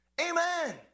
Amen